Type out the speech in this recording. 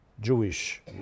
Jewish